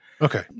Okay